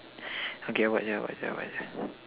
okay